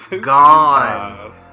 Gone